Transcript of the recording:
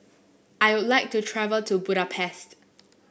I would like to travel to Budapest